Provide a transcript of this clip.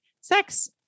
sex